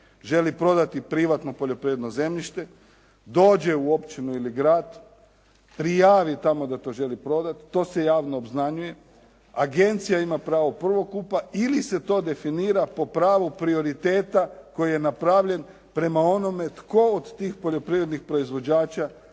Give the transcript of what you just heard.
želi prodati privatno poljoprivredno zemljište dođe u općinu ili grad, prijavi tamo da to želi prodati, to se javno obznanjuje. Agencija ima pravo prvokupa ili se to definira po pravu prioriteta koji je napravljen prema onome tko od tih poljoprivrednih proizvođača